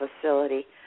facility